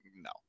no